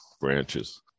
branches